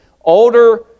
older